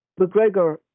McGregor